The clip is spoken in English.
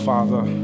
Father